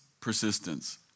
persistence